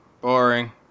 Boring